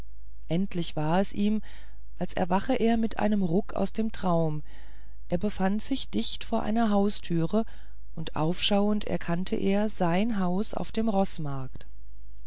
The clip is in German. endlich war es ihm als erwache er mit einem ruck aus dem traum er befand sich dicht vor einer haustüre und aufschauend erkannte er sein haus auf dem roßmarkt